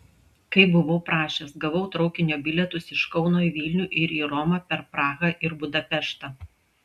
kaip buvau prašęs gavau traukinio bilietus iš kauno į vilnių ir į romą per prahą ir budapeštą